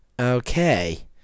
Okay